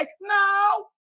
no